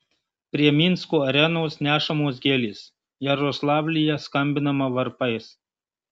prie minsko arenos nešamos gėlės jaroslavlyje skambinama varpais